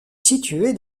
située